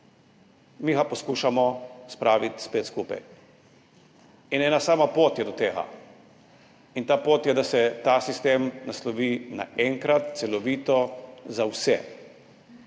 Mi ga poskušamo spraviti spet skupaj. Ena sama pot je do tega, in ta pot je, da se ta sistem naslovi naenkrat, celovito za vse.